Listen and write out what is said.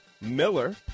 Miller